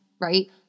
right